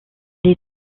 est